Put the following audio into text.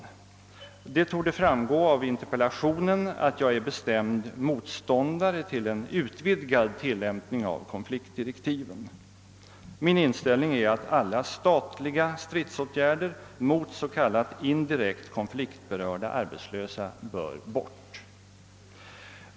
Det torde framgå av interpellationen att jag är bestämd motståndare till en utvidgad tilllämpning av konfliktdirektiven. Min inställning är att alla statliga stridsåtgärder mot s.k. indirekt konfliktberörda arbetslösa bör bort.